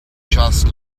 just